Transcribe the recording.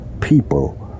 people